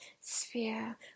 sphere